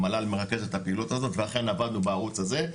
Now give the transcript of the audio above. המל"ל מרכז את הפעילות הזאת ואכן עבדנו בערוץ הזה,